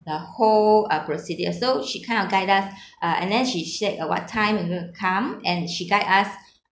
the whole uh procedure so she kind of guide us uh and then she said uh what time we going to come and she guide us